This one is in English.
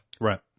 Right